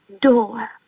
door